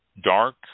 dark